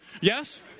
yes